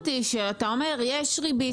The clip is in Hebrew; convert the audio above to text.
מטריד אותי שאתה אומר יש ריבית,